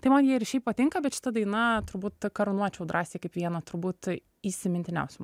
tai man jie ir šiaip patinka bet šita daina turbūt karūnuočiau drąsiai kaip vieną turbūt įsimintiniausių